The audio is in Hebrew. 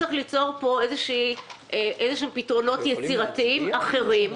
צריך ליצור פה איזשהן פתרונות יצירתיים אחרים.